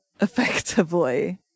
effectively